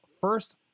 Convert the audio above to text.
first